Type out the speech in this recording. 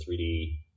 3D